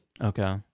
Okay